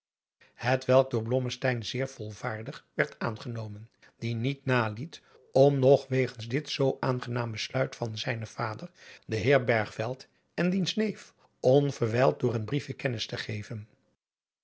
door blommesteyn zeer volvaardig werd aangenomen die niet naliet om nog wegens dit zoo aangenaam besluit van zijnen vader den heer bergveld en diens neef onverwijld door een briefje kennis te geven